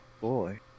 boy